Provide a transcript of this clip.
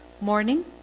Morning